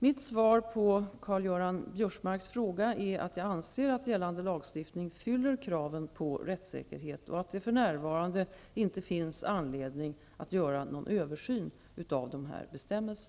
Mitt svar på Karl-Göran Biörsmarks fråga är att jag anser att gällande lagstiftning fyller kraven på rättssäkerhet och att det för närvarande inte finns anledning att göra någon översyn av dessa bestämmelser.